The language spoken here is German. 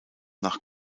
nach